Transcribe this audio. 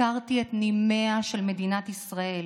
הכרתי את נימיה של מדינת ישראל,